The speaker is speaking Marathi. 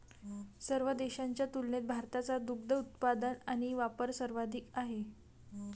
सर्व देशांच्या तुलनेत भारताचा दुग्ध उत्पादन आणि वापर सर्वाधिक आहे